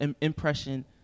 impression